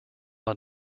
war